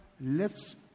lifts